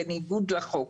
בניגוד לחוק.